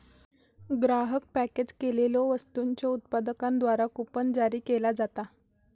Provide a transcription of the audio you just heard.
ग्राहक पॅकेज केलेल्यो वस्तूंच्यो उत्पादकांद्वारा कूपन जारी केला जाता